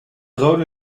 rode